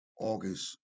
august